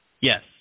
yes